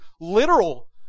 literal